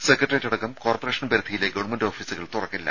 secretariat അടക്കം corporation പരിധിയിലെ government ഓഫീസുകൾ തുറക്കില്ല